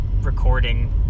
recording